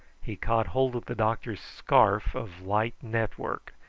he caught hold of the doctor's scarf of light network,